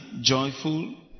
joyful